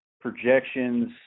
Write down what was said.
projections